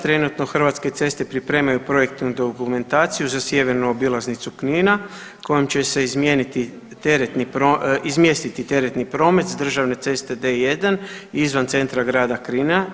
Trenutno Hrvatske ceste pripremaju projektnu dokumentaciju za sjevernu obilaznicu Knina kojom će se izmjestiti teretni promet s državne ceste D-1 izvan centra grada Knina.